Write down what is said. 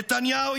נתניהו,